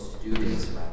students